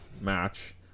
match